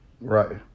Right